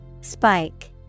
Spike